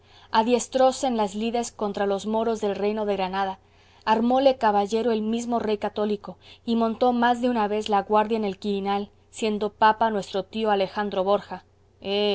yo adiestróse en las lides contra los moros del reino de granada armóle caballero el mismo rey católico y montó más de una vez la guardia en el quirinal siendo papa nuestro tío alejandro borja